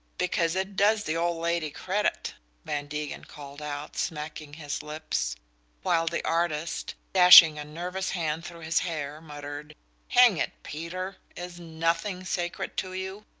because it does the old lady credit van degen called out, smacking his lips while the artist, dashing a nervous hand through his hair, muttered hang it, peter is nothing sacred to you?